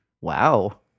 Wow